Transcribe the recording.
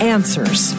Answers